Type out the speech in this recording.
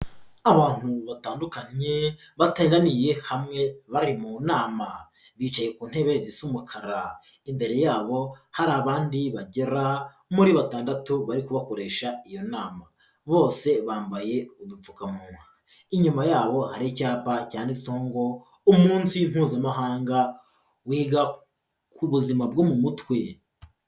Abantu batandukanye bateganiye hamwe bari mu nama, bicaye ku ntebe z'umukara, imbere yabo hari abandi bagera muri batandatu bari kubakoresha iyo nama, bose bambaye udupfukamunwa, inyuma yabo ari icyapa cyanditse ngo umunsi Mpuzamahanga wiga ku buzima bwo mu mutwe.